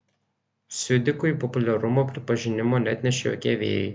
siudikui populiarumo pripažinimo neatnešė jokie vėjai